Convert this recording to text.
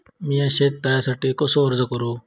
मीया शेत तळ्यासाठी कसो अर्ज करू?